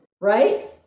right